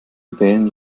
wählen